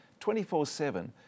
24-7